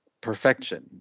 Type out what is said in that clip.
perfection